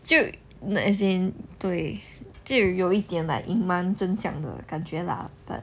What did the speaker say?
就 no as in 对这有一点 like 隐瞒真相这样的感觉 lah but